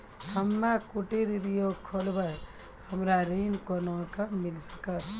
हम्मे कुटीर उद्योग खोलबै हमरा ऋण कोना के मिल सकत?